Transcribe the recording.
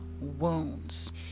wounds